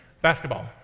Basketball